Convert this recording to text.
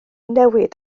newid